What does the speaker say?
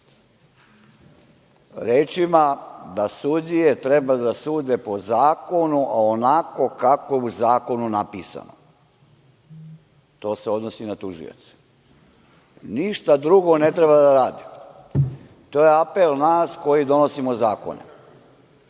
rečima - sudije treba da sude po zakonu onako kako je u zakonu napisano. To se odnosi na tužioce. Ništa drugo ne treba da rade. To je apel nas koji donosimo zakone.